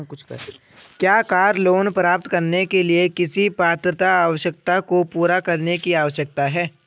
क्या car loan प्राप्त करने के लिए किसी पात्रता आवश्यकता को पूरा करने की आवश्यकता है?